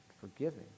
forgiving